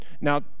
Now